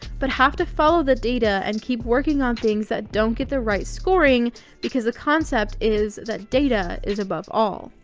but have to follow the data and keep working on things that don't get the right scoring because the concept is that data is above all.